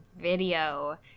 video